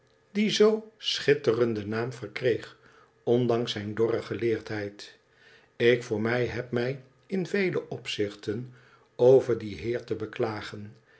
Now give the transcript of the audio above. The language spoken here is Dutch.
die zoo schitterenden naam vorkreeg ondanks zijn dorre geleerdheid ik voor mij heb mij in vele opzichten over dien heer te beklagen